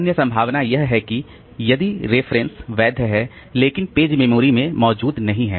अन्य संभावना यह है कि यदि रिफरेंस वैध है लेकिन पेज मेमोरी में मौजूद नहीं है